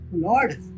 Lord